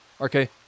okay